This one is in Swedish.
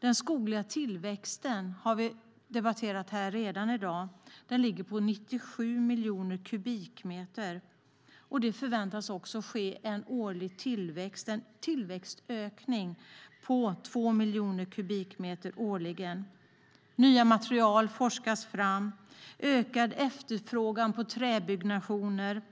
Den skogliga tillväxten, som vi redan debatterat, ligger på 97 miljoner kubikmeter, och det förväntas ske en årlig tillväxtökning på två miljoner kubikmeter. Nya material forskas fram. Det finns en ökad efterfrågan på träbyggnationer